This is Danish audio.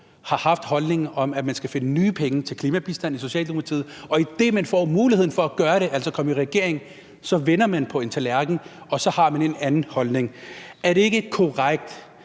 har haft holdningen om, at man skal finde nye penge til klimabistanden, og at man, idet man får muligheden for at gøre det, altså kommer i regering, så vender på en tallerken, og så har man en anden holdning. Er det ikke korrekt,